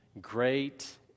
Great